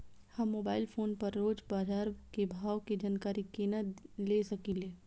हम mobile phone पर रोज बाजार के भाव के जानकारी केना ले सकलिये?